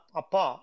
apa